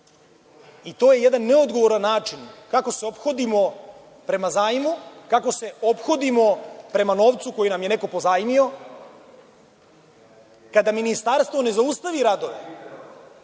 i to je jedan neodgovoran način kako se ophodimo prema zajmu, kako se ophodimo prema novcu koji nam je neko pozajmio. Kada Ministarstvo ne zaustavi radove,